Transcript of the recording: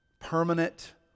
permanent